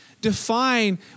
define